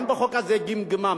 גם בחוק הזה גמגמה.